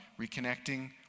reconnecting